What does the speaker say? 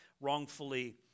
wrongfully